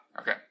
Okay